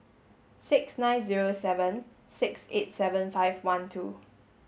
six nine zero seven six eight seven five one two